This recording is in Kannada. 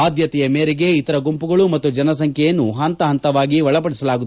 ಆದ್ಲತೆಯ ಮೇರೆಗೆ ಇತರ ಗುಂಪುಗಳು ಮತ್ತು ಜನಸಂಖ್ಯೆಯನ್ನು ಹಂತ ಹಂತವಾಗಿ ಒಳಪಡಿಸಲಾಗುತ್ತದೆ